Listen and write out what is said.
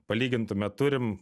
palygintume turim